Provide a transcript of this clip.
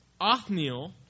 Othniel